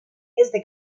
este